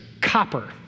copper